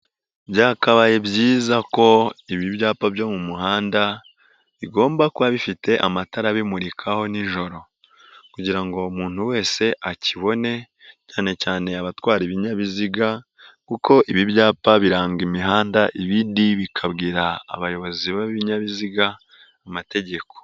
Byakabaye byiza ko ibi byapa byo mu muhanda bigomba kuba bifite amatara bimurikaho nijoro kugira ngo umuntu wese akibone cyane cyane abatwara ibinyabiziga kuko ibi byapa biranga imihanda, ibindi bikabwira abayobozi b'ibinyabiziga amategeko.